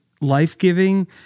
life-giving